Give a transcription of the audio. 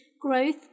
growth